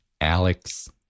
Alex